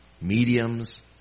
mediums